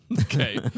Okay